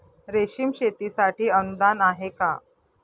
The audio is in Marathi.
रेशीम शेतीसाठी अनुदान आहे का?